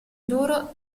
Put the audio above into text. duro